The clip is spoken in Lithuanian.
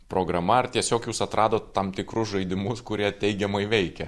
programa ar tiesiog jūs atradot tam tikrus žaidimus kurie teigiamai veikia